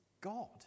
God